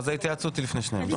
ההתייעצות היא לפני שניהם.